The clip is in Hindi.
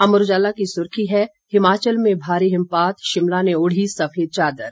अमर उजाला की सुर्खी है हिमाचल में भारी हिमपात शिमला ने ओढ़ी सफेद चादर